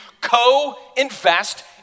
co-invest